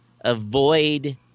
avoid –